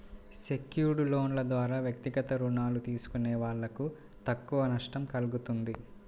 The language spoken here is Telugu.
సెక్యూర్డ్ లోన్ల ద్వారా వ్యక్తిగత రుణాలు తీసుకునే వాళ్ళకు తక్కువ నష్టం కల్గుతుంది